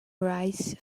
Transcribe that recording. rice